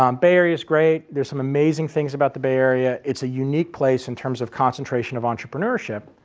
um bay area is great. there's some amazing things about the bay area, it's a unique place in terms of concentration of entrepreneurship.